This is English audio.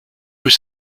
was